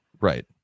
Right